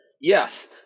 Yes